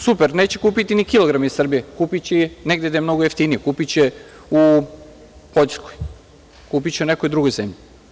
Super, neće kupiti ni kilogram iz Srbije, kupiće negde gde je mnogo jeftinije, kupiće u Poljskoj, kupiće u nekoj drugoj zemlji.